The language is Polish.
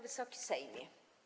Wysoki Sejmie!